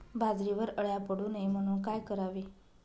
बाजरीवर अळ्या पडू नये म्हणून काय करावे?